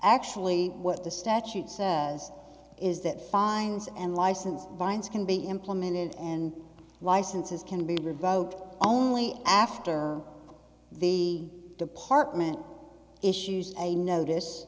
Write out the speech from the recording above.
actually what the statute says is that fines and license binds can be implemented and licenses can be revoked only after the department issues a notice